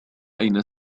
أين